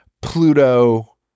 Pluto